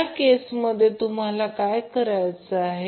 त्या केसमध्ये तुम्हाला काय करायचे आहे